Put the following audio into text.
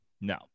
no